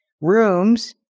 rooms